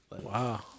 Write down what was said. Wow